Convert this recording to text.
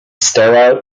sterile